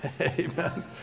Amen